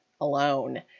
alone